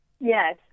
Yes